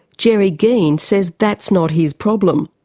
gerry geen says that's not his problem.